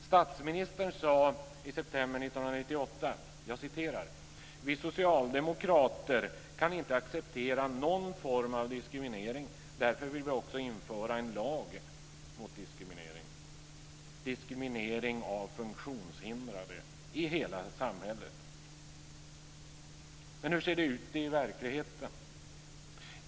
Statsministern sade i september 1998 att socialdemokraterna inte kan acceptera någon form av diskriminering, och därför vill de införa en lag mot diskriminering av funktionshindrade i hela samhället. Men hur ser det ut i verkligheten?